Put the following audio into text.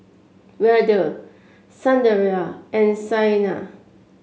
Vedre Sundaraiah and Saina